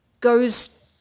goes